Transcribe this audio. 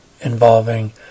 involving